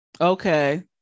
Okay